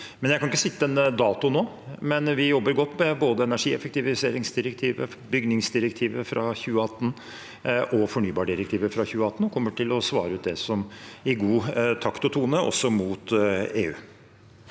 Jeg kan ikke sette en dato nå, men vi jobber godt med både energieffektiviseringsdirektivet, bygningsdirektivet fra 2018 og fornybardirektivet fra 2018, og vi kommer til å svare ut det med god takt og tone, også til EU.